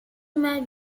matt